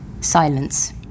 silence